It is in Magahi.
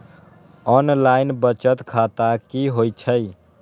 ऑनलाइन बचत खाता की होई छई?